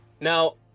Now